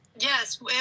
Yes